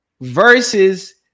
versus